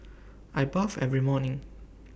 I bath every morning